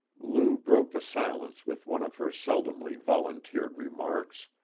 lou broke the silence with one of her seldomly volunteered remarks.